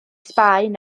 sbaen